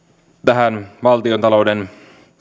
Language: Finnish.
tähän valtiontalouden